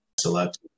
Select